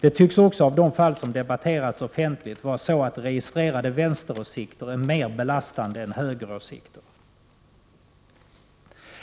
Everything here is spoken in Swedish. Det tycks att döma av de fall som debatterats offentligt vara så, att registrerade vänsteråsikter är mera belastande än högeråsikter.